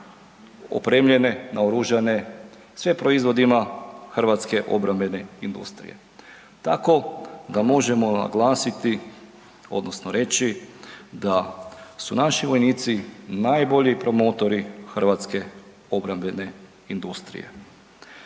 opremljene, naoružane, sve proizvodima hrvatske obrambene industrije, tako da možemo naglasiti odnosno reći da su naši vojnici najbolji promotori hrvatske obrambene industrije.